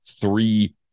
three